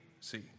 See